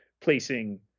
placing